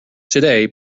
today